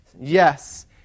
yes